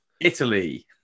Italy